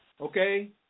okay